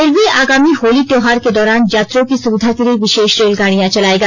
railway आगामी होली त्योहार के दौरान यात्रियों की सुविधा के लिए विशेष रेलगाड़ियां चलाएगा